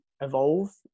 evolve